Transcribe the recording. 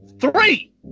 three